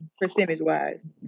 percentage-wise